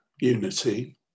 unity